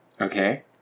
Okay